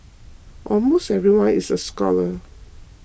almost everyone is a scholar